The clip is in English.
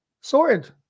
Sorted